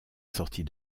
sortie